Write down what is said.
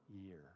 year